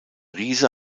riese